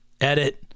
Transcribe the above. edit